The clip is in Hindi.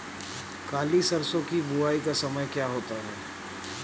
काली सरसो की बुवाई का समय क्या होता है?